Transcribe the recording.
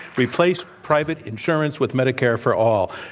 replace private insurance with medicare for all.